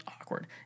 awkward